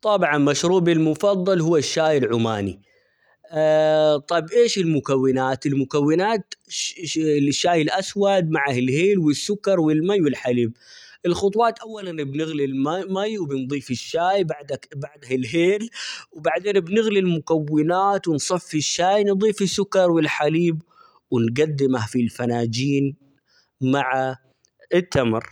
طبعًا مشروبي المفضل هو الشاي العماني طب إيش المكونات؟ المكونات -الش- الشاي الأسود معه الهيل ،والسكر ،والمي ، والحليب ،الخطوات أولًا بنغلي -الم-المي وبنضيف الشاي ، -بعد- بعده الهيل ،بعدين بنغلي المكونات ،ونصفي الشاي ،نضيف السكر والحليب، ونقدمه في الفناجين مع التمر.